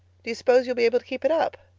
do you suppose you'll be able to keep it up?